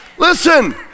Listen